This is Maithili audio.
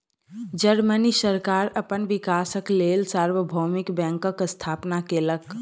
जर्मनी सरकार अपन विकासक लेल सार्वभौमिक बैंकक स्थापना केलक